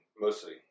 mostly